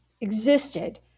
existed